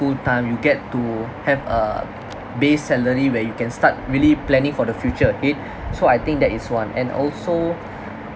full time you get to have a base salary where you can start really planning for the future kay so I think that is one and also